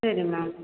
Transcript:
சரி மேம்